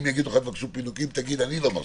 אם יבקשו פינוקים, תגיד שאני לא מרשה.